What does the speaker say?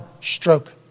stroke